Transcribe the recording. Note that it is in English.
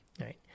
right